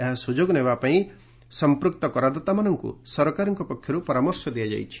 ଏହା ସୁଯୋଗ ନେବା ପାଇଁ ସମ୍ପୃକ୍ତ କରଦାତାମାନଙ୍କୁ ସରକାରଙ୍କ ପକ୍ଷରୁ ପରାମର୍ଶ ଦିଆଯାଇଛି